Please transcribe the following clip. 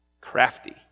crafty